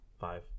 five